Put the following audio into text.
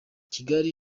kigali